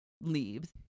leaves